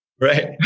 right